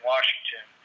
Washington